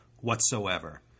whatsoever